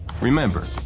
Remember